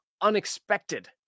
unexpected